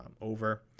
over